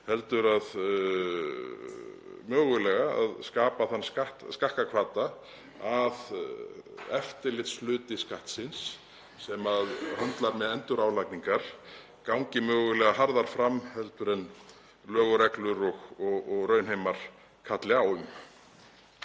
heldur mögulega að skapa þann skakka hvata að eftirlitshluti Skattsins sem höndlar með endurálagningar gangi mögulega harðar fram heldur en lög og reglur og raunheimar kalla á.